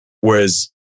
Whereas